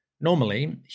Normally